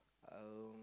I will